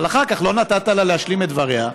אבל אחר כך לא נתת להשלים את דבריה,